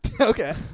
Okay